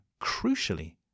crucially